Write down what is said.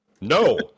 No